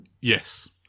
Yes